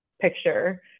picture